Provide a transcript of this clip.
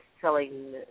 selling